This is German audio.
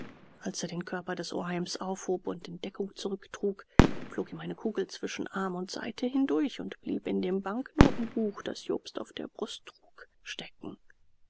als er den körper des oheims aufhob und in deckung zurücktrug flog ihm eine kugel zwischen arm und seite hindurch und blieb in dem banknotenbuch das jobst auf der brust trug stecken